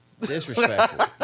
Disrespectful